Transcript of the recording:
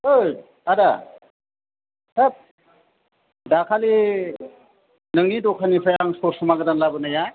ओइ आदा हाब दाखालि नोंनि दखाननिफ्राय आं स'समा गोदान लाबोनाया